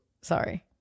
Sorry